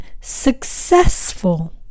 successful